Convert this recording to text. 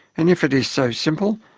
and if it is so simple,